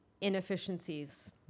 Inefficiencies